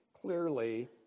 clearly